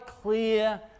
clear